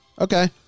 Okay